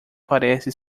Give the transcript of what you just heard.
parece